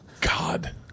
God